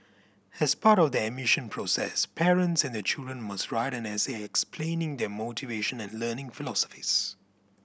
as part of the admission process parents and their children must write an essay explaining their motivation and learning philosophies